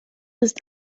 ist